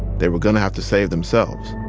they were going to have to save themselves